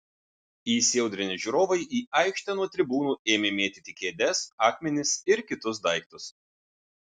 įsiaudrinę žiūrovai į aikštę nuo tribūnų ėmė mėtyti kėdes akmenis ir kitus daiktus